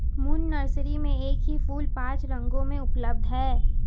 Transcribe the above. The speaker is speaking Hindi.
मून नर्सरी में एक ही फूल पांच रंगों में उपलब्ध है